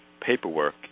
paperwork